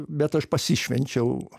bet aš pasišvenčiau